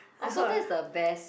oh so that is the best